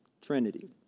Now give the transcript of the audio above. Trinity